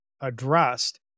addressed